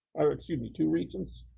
excuse me two regions?